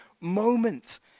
moment